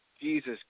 Jesus